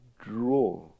draw